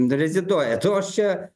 reziduojat o aš čia